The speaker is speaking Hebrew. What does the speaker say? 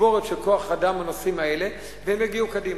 תגבורת של כוח-אדם בנושאים האלה והם יגיעו קדימה.